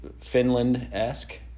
Finland-esque